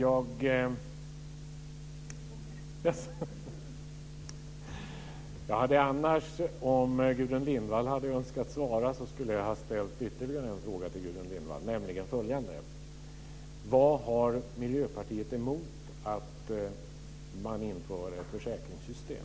Fru talman! Om Gudrun Lindvall hade önskat svara skulle jag ha ställt ytterligare en fråga, nämligen följande: Vad har Miljöpartiet emot att man inför ett försäkringssystem?